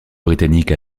britannique